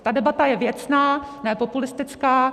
Ta debata je věcná, ne populistická.